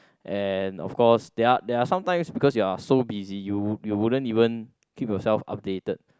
and of course there are there are some times because you are so busy you woul~ you wouldn't even keep yourself updated